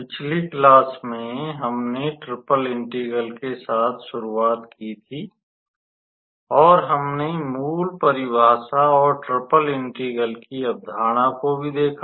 पिछली क्लास में हमने ट्रिपल इंटीग्रल के साथ शुरुआत की थी और हमने मूल परिभाषा और ट्रिपल इंटीग्रल की अवधारणा को भी देखा